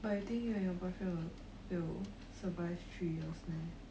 but you think you and your boyfriend will will survive three years meh